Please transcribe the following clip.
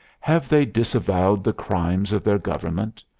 have they disavowed the. crimes of their government?